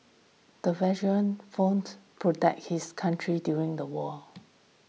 the veteran fought protect his country during the war